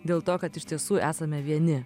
dėl to kad iš tiesų esame vieni